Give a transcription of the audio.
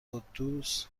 قدوس